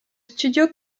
studio